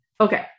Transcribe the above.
Okay